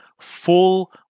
full